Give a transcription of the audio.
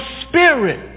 spirit